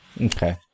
Okay